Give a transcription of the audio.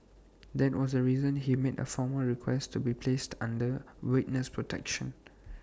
that was the reason he made A formal request to be placed under witness protection